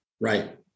Right